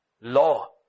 law